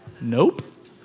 Nope